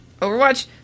Overwatch